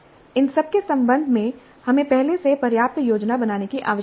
इन सब के संबंध में हमें पहले से पर्याप्त योजना बनाने की आवश्यकता है